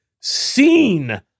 seen